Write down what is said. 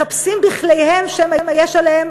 מחפשים בכליהם שמא יש עליהם